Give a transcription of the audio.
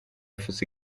fosse